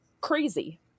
crazy